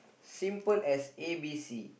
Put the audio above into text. simple as A B C